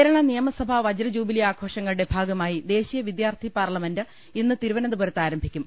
കേരള നിയമസഭാ വജ്രജൂബിലി ആഘോഷങ്ങളുടെ ഭാഗമായി ദേശീ യ വിദ്യാർഥി പാർലമെന്റ് ഇന്ന് തിരുവനന്തപുരത്ത് ആരംഭിക്കും